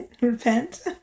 Repent